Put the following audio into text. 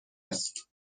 است